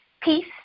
peace